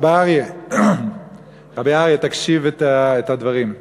הרב דרעי, תקשיב לדברים.